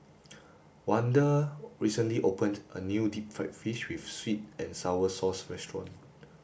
Wanda recently opened a new deep fried fish with sweet and sour sauce restaurant